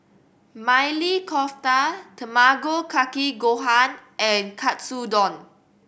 Maili Kofta Tamago Kake Gohan and Katsudon